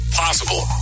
possible